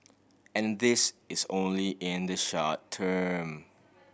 and this is only in the short term